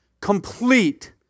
complete